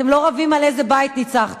אתם לא רבים על איזה בית ניצחתם.